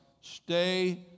stay